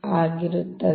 ಆಗಿರುತ್ತದೆ